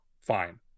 fine